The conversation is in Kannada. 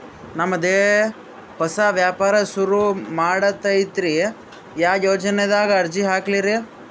ನಮ್ ದೆ ಹೊಸಾ ವ್ಯಾಪಾರ ಸುರು ಮಾಡದೈತ್ರಿ, ಯಾ ಯೊಜನಾದಾಗ ಅರ್ಜಿ ಹಾಕ್ಲಿ ರಿ?